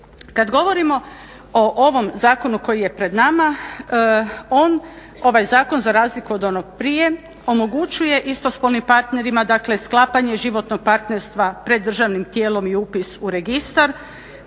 Kad govorimo o ovom zakonu koji je pred nama, on, ovaj zakon za razliku od onog prije omogućuje istospolnim parterima dakle sklapanje životnog partnerstva pred državnim tijelom i upis u registar